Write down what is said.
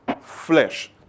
flesh